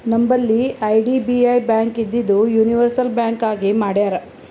ನಂಬಲ್ಲಿ IDBI bank ಇದ್ದಿದು universal bank ಆಗಿ ಮಾಡ್ಯಾರ್